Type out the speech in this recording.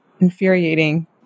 infuriating